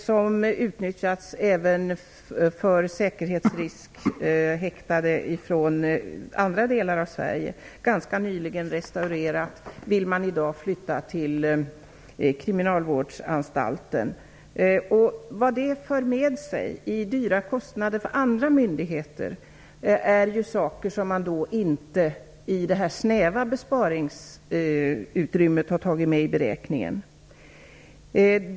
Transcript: Det har utnyttjas även för säkerhetsriskhäktade ifrån andra delar av Sverige. Häktet har ganska nyligen restaurerats. Man vill i dag göra en förflyttning till kriminalvårdsanstalten. Vad det för med sig i form av högre kostnader för andra myndigheter är något som man i det snäva besparingsutrymmet inte har tagit med i beräkningen.